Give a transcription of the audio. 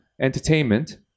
entertainment